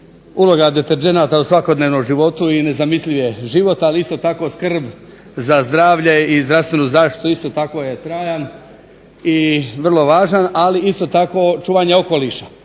uloga deterdženata u svakodnevnom životu i nezamisliv je život. Ali isto tako skrb za zdravlje i zdravstvenu zaštitu isto tako je trajan i vrlo važan, ali isto tako čuvanje okoliša.